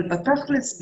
אבל בתכ'לס,